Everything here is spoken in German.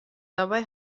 dabei